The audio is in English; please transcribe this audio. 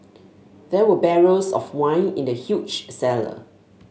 there were barrels of wine in the huge cellar